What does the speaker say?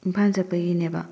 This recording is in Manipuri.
ꯏꯝꯐꯥꯜ ꯆꯠꯄꯒꯤꯅꯦꯕ